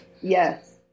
Yes